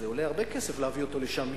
זה עולה הרבה כסף להביא אותו לשם מפה,